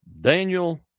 Daniel